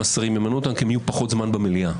שרים ימנו אותם כי יהיו פחות זמן במליאה,